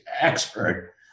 expert